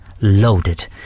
Loaded